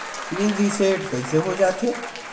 Pin reset कइसे हो जाथे?